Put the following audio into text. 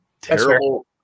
terrible